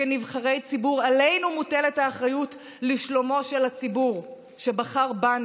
כנבחרי ציבור עלינו מוטלת האחריות לשלומו של הציבור שבחר בנו.